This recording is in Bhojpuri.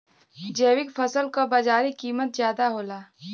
जैविक फसल क बाजारी कीमत ज्यादा होला